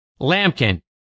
Lampkin